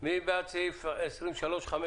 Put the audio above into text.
מי בעד תיקון סעיף 23 סעיף 5?